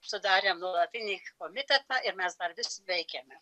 sudarėm nuolatinį komitetą ir mes dar vis veikiame